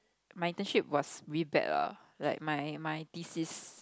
my internship was really bad lah like my my thesis